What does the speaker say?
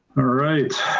ah right.